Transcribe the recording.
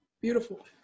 Beautiful